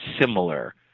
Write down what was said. similar